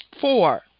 Four